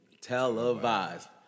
televised